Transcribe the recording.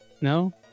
No